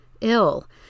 ill